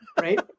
right